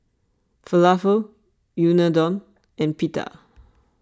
Falafel Unadon and Pita